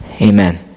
Amen